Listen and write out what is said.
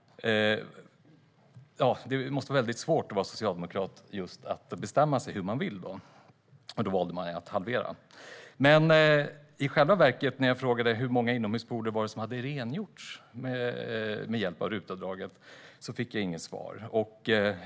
Det måste vara svårt att vara socialdemokrat och bestämma sig i den här frågan, och då väljer man att halvera. När jag frågade hur många inomhuspooler som hade rengjorts med hjälp av RUT-avdraget fick jag inget svar.